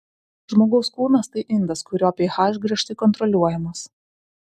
žmogaus kūnas tai indas kurio ph griežtai kontroliuojamas